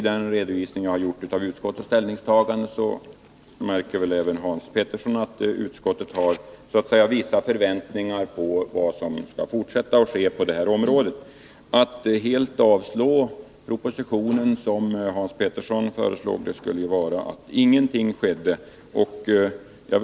Den redovisning av utskottets ställningstaganden som jag gjorde visade väl även för herr Petersson att utskottet även har vissa förväntningar i fråga om vad som i fortsättningen skall ske på detta område. Att helt avslå propositionen skulle innebära att ingenting skedde.